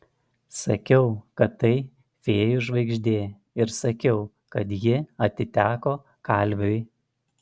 sakiau kad tai fėjų žvaigždė ir sakiau kad ji atiteko kalviui